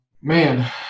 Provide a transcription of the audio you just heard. Man